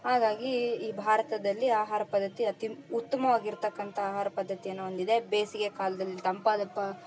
ಹಾಗಾಗಿ ಈ ಭಾರತದಲ್ಲಿ ಆಹಾರ ಪದ್ಧತಿ ಅತಿ ಉತ್ತಮವಾಗಿರತಕ್ಕಂಥ ಆಹಾರ ಪದ್ದತಿಯನ್ನು ಹೊಂದಿದೆ ಬೇಸಿಗೆ ಕಾಲ್ದಲ್ಲಿ ತಂಪಾದ ಪ